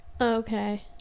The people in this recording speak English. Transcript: okay